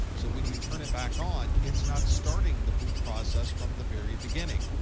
so when you turn it back on, it's not starting the boot process from the very beginning.